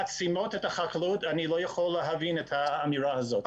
מכסימה את החקלאות אני לא יכול להבין את האמירה הזאת.